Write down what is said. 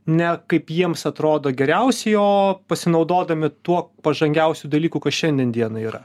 ne kaip jiems atrodo geriausiai o pasinaudodami tuo pažangiausių dalykų kas šiandien dieną yra